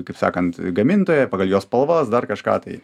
kaip sakant gamintoją pagal jo spalvas dar kažką tai